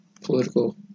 political